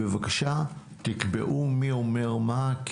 בבקשה תקבעו מי אומר מה.